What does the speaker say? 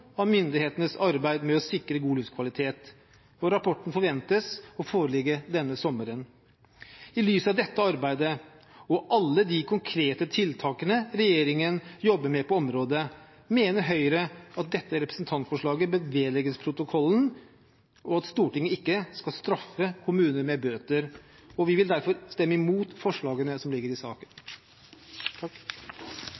av myndighetenes arbeid med å sikre god luftkvalitet. Rapporten forventes å foreligge denne sommeren. I lys av dette arbeidet og alle de konkrete tiltakene regjeringen jobber med på området, mener Høyre at dette representantforlaget bør vedlegges protokollen, og at Stortinget ikke skal straffe kommuner med bøter. Vi vil derfor stemme mot forslagene som foreligger i saken.